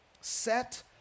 Set